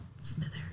Smithers